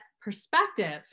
perspective